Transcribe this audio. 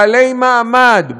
בעלי מעמד,